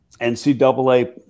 NCAA